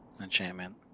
Enchantment